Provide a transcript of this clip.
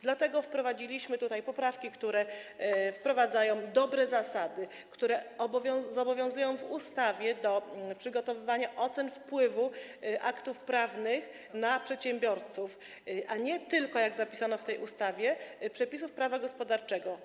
Dlatego zaproponowaliśmy tutaj poprawki, które wprowadzają dobre zasady, które zobowiązują w ustawie do przygotowywania ocen wpływu aktów prawnych na przedsiębiorców, a nie tylko, jak zapisano w tym projekcie, przepisów prawa gospodarczego.